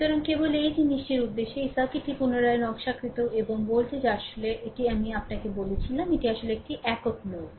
সুতরাং কেবল এই জিনিসটির উদ্দেশ্যে এই সার্কিটটি পুনরায় নকশাকৃত এবং ভোল্টেজ আসলে এটি আমি আপনাকে বলেছিলাম এটি আসলে একটি একক নোড